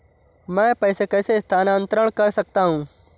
मैं पैसे कैसे स्थानांतरण कर सकता हूँ?